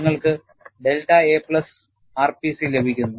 നിങ്ങൾക്ക് delta a plus RPC ലഭിക്കുന്നു